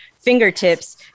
fingertips